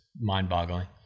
mind-boggling